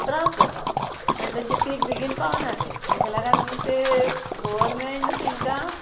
त्रास जाता आनी तेंचे पीक बेगीन पावना तें तेका लागून ते गवरमेंट तेंकां